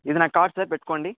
ఇది నా card sir పెట్టుకోండి